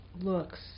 looks